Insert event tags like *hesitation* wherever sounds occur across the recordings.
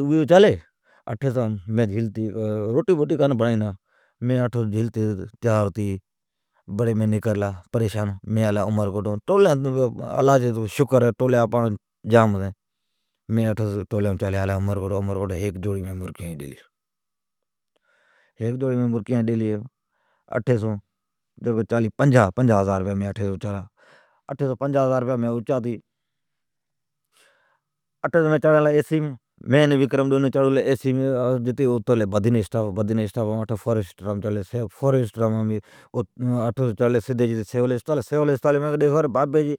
اوی اچالی، جھیلتی کرتی، روٹی کان برین، مین ٹولین اچالین، ٹولین اللہ جا شکر ہے ھتین۔ میناتھی سون گلا عمرکوٹ ھیک جوڑی ڈیلی مرکیان جی پنجاھ ھزارام۔ پنجاھ ھزار اچاتی مین *hesitation* وکرم چڑون لی بسیم اترلی بدین اسٹاب، اتھو سون چڑلی فوریسٹرام گلی سول اسپتال۔ مین کیلی ڈی خبر، کہ بابی جی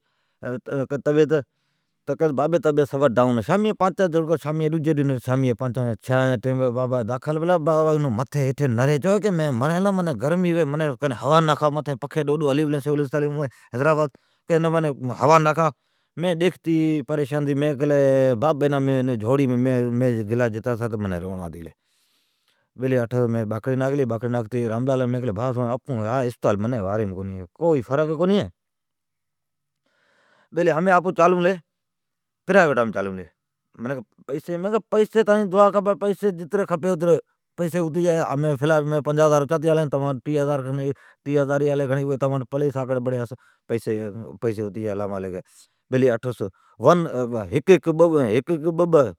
طبعیت سفا ڈائون ہے۔ بابا ھیٹھی متھی نری اچاوی کی مین مرین لا، منین گرمی ھوی، منین ھوا ناکھا۔ متھی ڈو ڈو پکھین ھلی پلین سول اسپتالیم حیدرآباد۔ مین جتان پاڑ گلا منین روئڑ آتی گلی، مین باکھڑی ناکھلی۔ مین راملالان کیلی بیلی منین ھا اسپتال واریم کونی ہے فرق ہے کونی۔ ھمین اپون چالون لی پرائوٹیم، منین کیلی پئسی ھی، مین کیلی تانجی دعا کھپی، پئسی جتری کھپی اتری ھتی جائی۔ ھمین مین پنجاھ ھزار اچاتی آلان ہے، ٹیھ ھزار کھان تمانٹھ پلی ھی ڈجی بڑی ساکڑی ھتی جائی اللہ مالک ہے ھک ھک باھ باھ